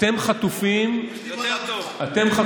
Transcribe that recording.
אתם מנסים לחטוף מדינה שלמה,